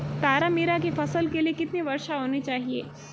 तारामीरा की फसल के लिए कितनी वर्षा होनी चाहिए?